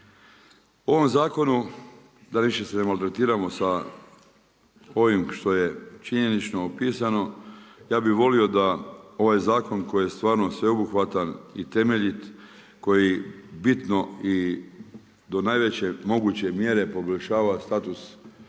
U ovom zakonu da više se ne maltretiramo sa ovim što je činjenično opisano, ja bi volio da ovaj zakon koji je stvarno sveobuhvatan i temeljit koji bitno i do najveće moguće mjere poboljšava status hrvatskih